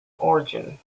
origin